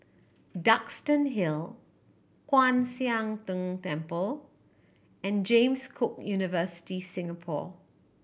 Duxton Hill Kwan Siang Tng Temple and James Cook University Singapore